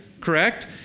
correct